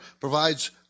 provides